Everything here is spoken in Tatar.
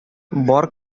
бар